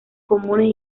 comunes